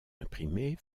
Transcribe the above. imprimées